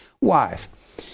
wife